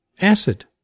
acid